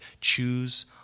choose